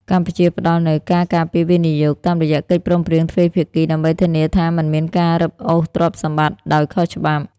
កម្ពុជាផ្ដល់នូវ "ការការពារវិនិយោគ" តាមរយៈកិច្ចព្រមព្រៀងទ្វេភាគី ដើម្បីធានាថាមិនមានការរឹបអូសទ្រព្យសម្បត្តិដោយខុសច្បាប់។